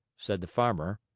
said the farmer,